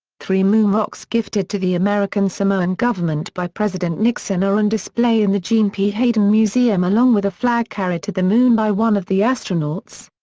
three moon rocks gifted to the american samoan government by president nixon are on display in the jean p. haydon museum along with a flag carried to the moon by one of the astronauts.